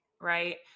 Right